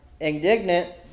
indignant